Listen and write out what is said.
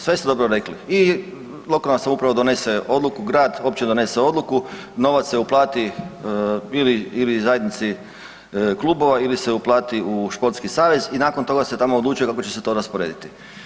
Sve ste dobro rekli i lokalna samouprava donese odluku, grad opće donese odluku, novac se uplati ili zajednici klubova ili se uplati u športski savez i nakon toga se tamo odlučuje kako će se to rasporediti.